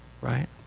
right